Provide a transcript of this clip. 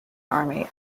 army